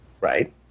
Right